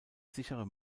sichere